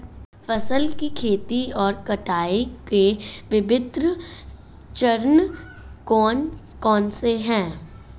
फसल की खेती और कटाई के विभिन्न चरण कौन कौनसे हैं?